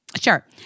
Sure